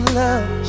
love